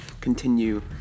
continue